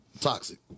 toxic